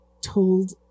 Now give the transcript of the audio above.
told